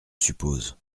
suppose